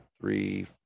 three